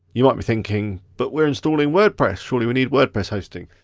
you might be thinking, but we're installing wordpress, surely we need wordpress hosting.